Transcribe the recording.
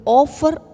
offer